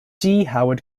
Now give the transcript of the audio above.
howard